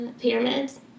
Pyramids